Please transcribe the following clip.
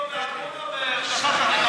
(חבר הכנסת מסעוד גנאים יוצא מאולם המליאה.) הקמפיין שלכם לא יעבוד.